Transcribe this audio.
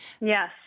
Yes